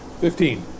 Fifteen